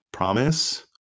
Promise